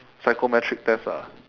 psychometric test ah